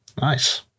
Nice